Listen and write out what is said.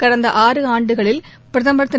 கடந்த ஆறு ஆண்டுகளில் பிரதமர் திரு